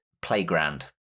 playground